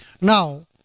Now